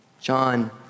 John